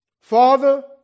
Father